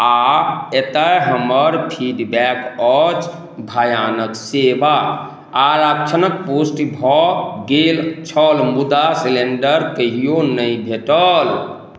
आ एतऽ हमर फीडबैक अछि भयानक सेवा आरक्षणक पुष्टि भऽ गेल छल मुदा सेलेण्डर कहियो नहि भेटल